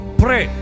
pray